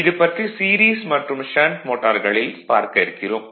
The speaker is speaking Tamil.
இது பற்றி சீரிஸ் மற்றும் ஷண்ட் மோட்டார்களில் பார்க்க இருக்கிறோம்